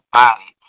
body